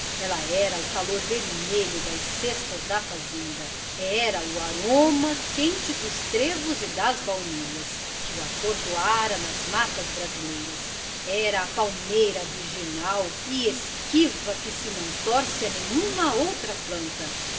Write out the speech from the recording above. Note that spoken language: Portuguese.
ela era o calor vermelho das sestas da fazenda era o aroma quente dos trevos e das baunilhas que o atordoara nas matas brasileiras era a palmeira virginal e esquiva que se não torce a nenhuma outra planta